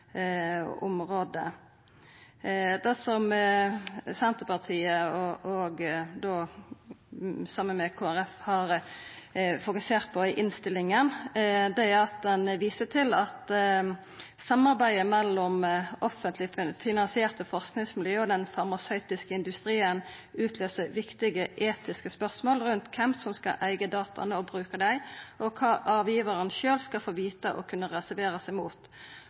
Det Senterpartiet, saman med Kristeleg Folkeparti, har fokusert på i innstillinga, er å visa til at samarbeidet mellom offentleg finansierte forskingsmiljø og den farmasøytiske industrien utløyser viktige etiske spørsmål rundt kven som skal eiga dataa og bruka dei, og kva avgivaren sjølv skal få vita og kunna reservera seg mot.